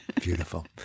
Beautiful